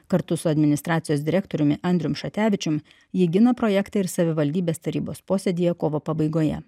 kartu su administracijos direktorium andrium šatevičium ji gina projektą ir savivaldybės tarybos posėdyje kovo pabaigoje